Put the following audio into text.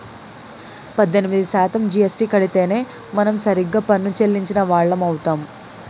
పద్దెనిమిది శాతం జీఎస్టీ కడితేనే మనం సరిగ్గా పన్ను చెల్లించిన వాళ్లం అవుతాం